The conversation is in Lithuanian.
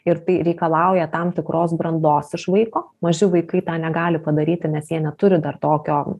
ir tai reikalauja tam tikros brandos iš vaiko maži vaikai tą negali padaryti nes jie neturi dar tokio